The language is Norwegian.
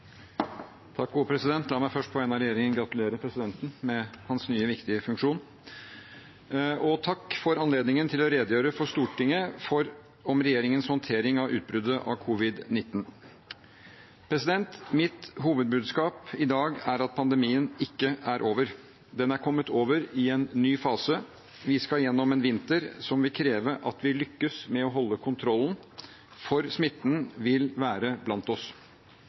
Takk for anledningen til å redegjøre for Stortinget om regjeringens håndtering av utbruddet av covid-19. Mitt hovedbudskap i dag er at pandemien ikke er over. Den er kommet over i en ny fase. Vi skal gjennom en vinter som vil kreve at vi lykkes med å holde kontrollen, for smitten vil være blant oss.